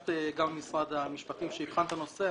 ביקשת גם ממשרד המשפטים שיבחן את הנושא.